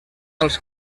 als